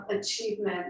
achievement